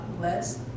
less